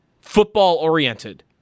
Football-oriented